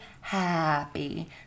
happy